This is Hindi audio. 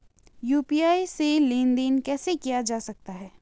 यु.पी.आई से लेनदेन कैसे किया जा सकता है?